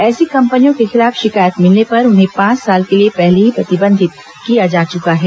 ऐसी कंपनियों के खिलाफ शिकायत मिलने पर उन्हें पांच साल के लिए पहले ही प्रतिबंधित किया जा चुका है